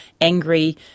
angry